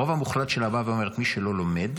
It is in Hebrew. הרוב המוחלט שלה בא ואומר: מי שלא לומד,